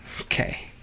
Okay